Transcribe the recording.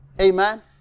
Amen